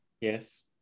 Yes